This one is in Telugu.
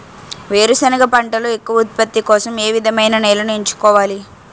వేరుసెనగ పంటలో ఎక్కువ ఉత్పత్తి కోసం ఏ విధమైన నేలను ఎంచుకోవాలి?